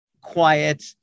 quiet